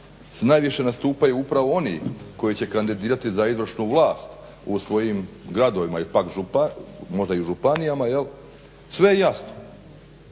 najviše nastupaju upravo oni koji će kandidirati za izvršnu vlast u svojim gradovima i pak možda i županijama jel' sve je jasno